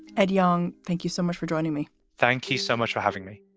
ed yong, thank you so much for joining me. thank you so much for having me.